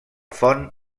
font